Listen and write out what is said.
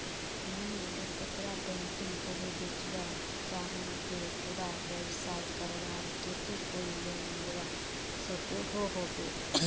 मुई अगर कपड़ा पेंटिंग करे बेचवा चाहम ते उडा व्यवसाय करवार केते कोई लोन मिलवा सकोहो होबे?